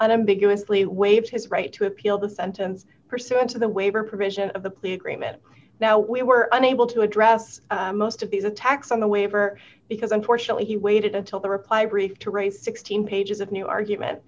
and ambiguously waived his right to appeal the sentence pursuant to the waiver provision of the plea agreement now we were unable to address most of these attacks on the waiver because unfortunately he waited until the reply brief to raise sixteen pages of new argument